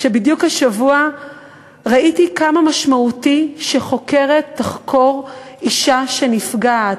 ראיתי כמה משמעותי שחוקרת תחקור אישה שנפגעת.